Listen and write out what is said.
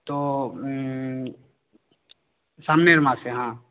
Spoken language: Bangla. তো সামনের মাসে হ্যাঁ